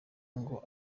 ngo